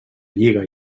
lliga